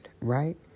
right